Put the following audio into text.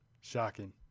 Shocking